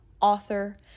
author